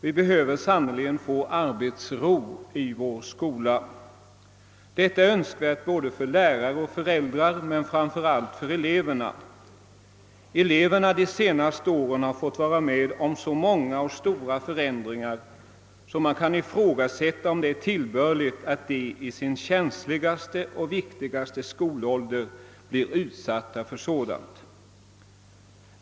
Det behövs sannerligen arbetsro i vår skola. Detta är önskvärt för både lärare och föräldrar men framför allt för eleverna. Eleverna har under de senaste åren fått vara med om så många och så stora förändringar, att man kan ifrågasätta om det är tillbörligt att 'de i sin känsligaste och viktigaste skolålder blir utsatta för sådant.